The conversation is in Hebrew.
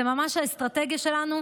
זאת ממש האסטרטגיה שלנו,